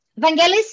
Vangelis